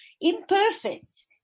imperfect